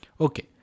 okay